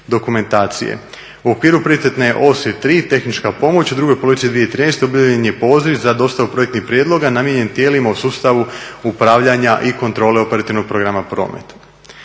U okviru … tehnička pomoć, u drugoj polovici 2013. objavljen je poziv za dostavu projektnih prijedloga namijenjen tijelima u sustavu upravljanja i kontrole operativnog programa promet.